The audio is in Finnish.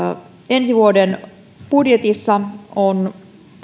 ensi vuoden budjetissa on